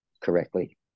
correctly